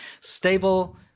stable